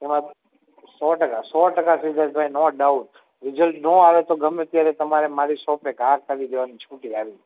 એમાં સો ટકા સો ટકા સિધ્ધાર્થભાઈ નો ડાઉટ રીઝલ્ટ ન આવે તો ગમે ત્યારે તમારે મારી શોપે ઘા કરી દેવાની છૂટ્ટી આવીને